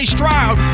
Stroud